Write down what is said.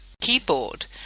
keyboard